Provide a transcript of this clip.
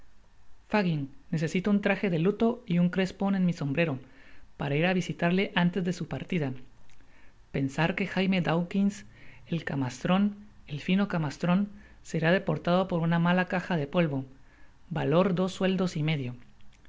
fagin necesito un traje de luto y un crespon en mi sombrero para ir á visitarle antes de su partida pensar que jaime dawkins el ca mastron el fino camastron será deportado por una mala caja de polvo valor dos sueldos y medio